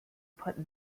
put